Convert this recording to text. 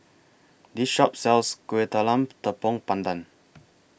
This Shop sells Kueh Talam Tepong Pandan